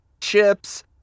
chips